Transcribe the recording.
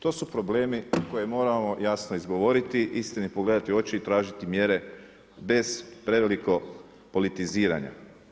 To su problemi koje moramo jasno izgovoriti, istini pogledati u oči i tražiti mjere bez prevelikog politiziranja.